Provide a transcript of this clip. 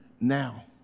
now